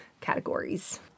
categories